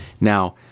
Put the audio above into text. Now